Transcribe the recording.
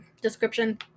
description